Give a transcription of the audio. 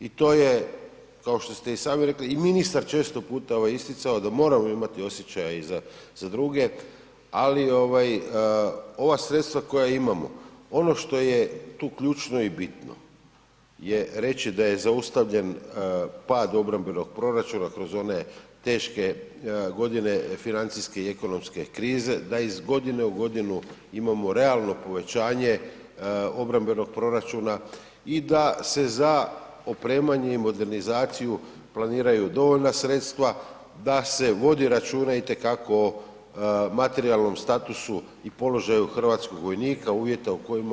I to je, kao što ste i sami rekli i ministar često puta isticao da moramo imati osjećaja i za druge, ali ova sredstva koja imamo, ono što je tu ključno i bitno je reći da je zaustavljen pad obrambenog proračuna kroz one teške godine financijske i ekonomske krize, da iz godine u godinu imamo realno povećanje obrambenog proračuna i da se za opremanje i modernizaciju planiraju dovoljna sredstva, da se vodi računa itekako o materijalnom statusu i položaju hrvatskog vojnika, uvjeta u kojima on živi i radi.